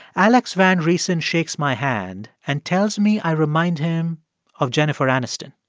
alex van riesen shakes my hand and tells me i remind him of jennifer aniston.